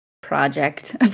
project